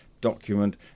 document